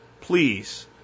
Please